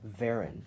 Varen